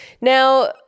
Now